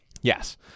Yes